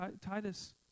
Titus